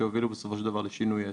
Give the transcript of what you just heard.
שהובילו בסופו של דבר לשינוי ההסכם.